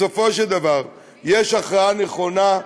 בסופו של דבר, יש הכרעה נכונה.